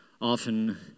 often